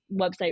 website